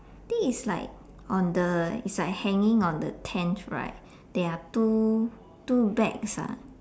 think is like on the it's like hanging on the tent right there are two two bags ah